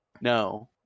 no